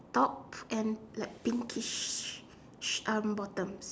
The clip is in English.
top and like pinkish um bottoms